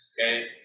Okay